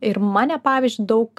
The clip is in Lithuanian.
ir mane pavyzdžiui daug